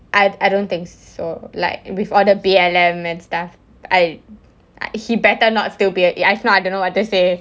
I I don't think so like with all the B_L_M and stuff I I he better not still be a if not I don't know what to say